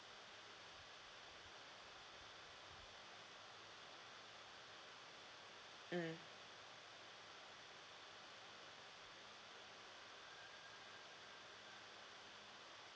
mm